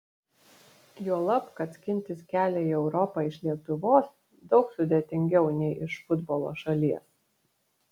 juolab kad skintis kelią į europą iš lietuvos daug sudėtingiau nei iš futbolo šalies